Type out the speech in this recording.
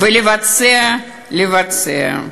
ולבצע, לבצע.